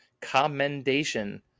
commendation